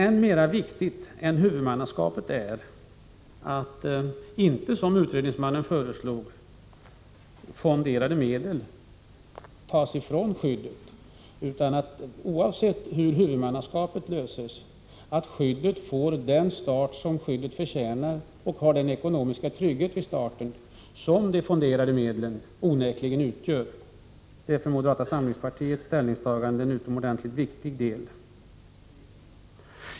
Än mera viktigt än huvudmannaskapet är emellertid, inte som utredningsmannen föreslog, att fonderade medel tas ifrån skyddet, utan att skyddet — oavsett hur frågan om huvudmannaskapet löses — får den start som det förtjänar. Det måste också ha den ekonomiska trygghet vid starten som de fonderade medlen onekligen utgör. Detta är för moderata samlingspartiets ställningstagande en utomordentligt viktig del.